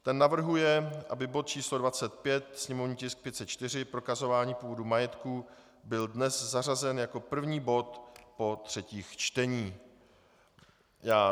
Ten navrhuje, aby bod číslo 25, sněmovní tisk 504, prokazování původu majetku, byl dnes zařazen jako první bod po třetích čteních.